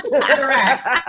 Correct